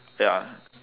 ya